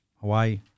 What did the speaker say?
Hawaii